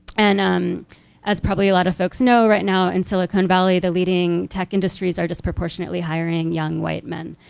and um as probably a lot of folks know right now in silicon valley, the leading tech industries are just proportionately hiring young, white men.